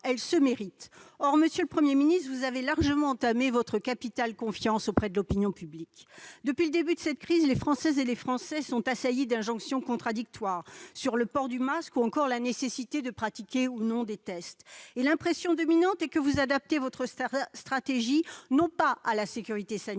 elle se mérite. Or, monsieur le Premier ministre, vous avez largement entamé votre capital confiance auprès de l'opinion publique. Depuis le début de cette crise, les Françaises et les Français sont assaillis d'injonctions contradictoires sur le port du masque ou encore sur la nécessité de pratiquer ou non des tests. Et l'impression dominante est que vous adaptez votre stratégie non pas à la sécurité sanitaire